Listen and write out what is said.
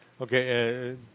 Okay